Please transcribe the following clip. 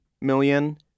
million